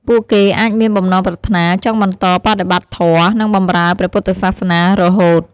ពួកគេអាចមានបំណងប្រាថ្នាចង់បន្តបដិបត្តិធម៌ និងបម្រើព្រះពុទ្ធសាសនារហូត។